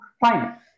fine